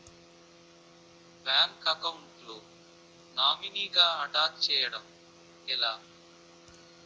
Bank account లో నామినీగా attach చేయడం ఎలా?